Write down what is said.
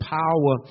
power